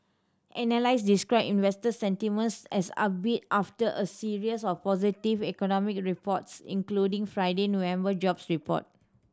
analyst described investor sentiment as upbeat after a series of positive economic reports including Friday November jobs report